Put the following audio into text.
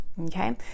Okay